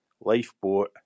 lifeboat